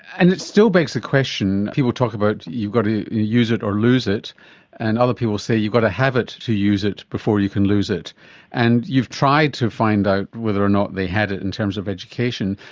and it still begs the question, people talk about you've got to use it or lose it and other people say you've got a have it to use it before you can lose it and you've tried to find out whether or not they had it in terms of education.